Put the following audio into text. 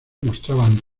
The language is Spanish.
mostraban